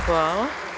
Hvala.